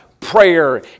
Prayer